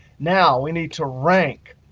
now we need to rank.